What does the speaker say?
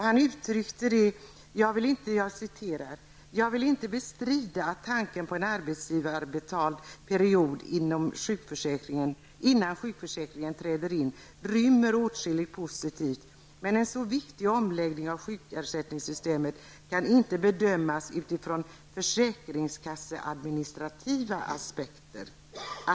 Han uttryckte det på följande sätt: ''Jag vill inte bestrida att tanken på en arbetsgivarbetald period innan sjukpenningförsäkringen träder in rymmer åtskilligt positivt, men en så viktig omläggning av sjukersättningssystemet kan inte bedömas enbart utifrån försäkringskasseadministrativa aspekter.